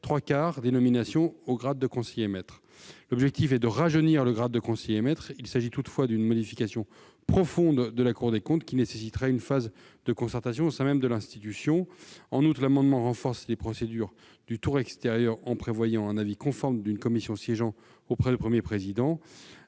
trois quarts des nominations au grade de conseiller maître. L'objectif est de rajeunir ce dernier grade. Il s'agit toutefois d'une modification profonde de la Cour des comptes, qui nécessiterait une phase de concertation au sein même de l'institution. En outre, l'amendement a pour objet de renforcer les procédures du tour extérieur, en prévoyant un avis conforme d'une commission siégeant auprès du Premier président.